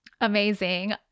Amazing